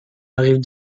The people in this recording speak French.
arrive